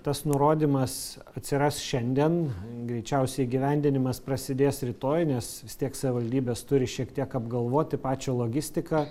tas nurodymas atsiras šiandien greičiausiai įgyvendinimas prasidės rytoj nes vis tiek savivaldybės turi šiek tiek apgalvoti pačią logistiką